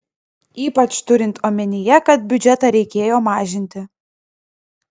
ypač turint omenyje kad biudžetą reikėjo mažinti